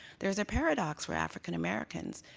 there's a paradox for african-americans.